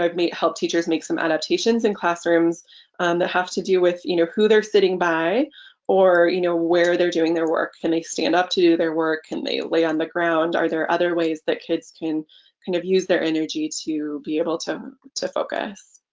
um may help teachers make some adaptations and classrooms and that have to do with you know who they're sitting by or you know where they're doing their work can they stand up to do their work and they lay on the ground? are there other ways that kids can kind of use their energy to be able to to focus.